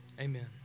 amen